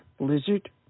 blizzard